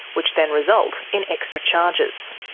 which then result in extra charges.